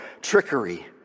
trickery